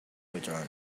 return